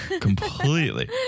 Completely